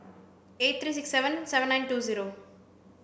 eight three six seven seven nine two zero